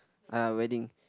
wedding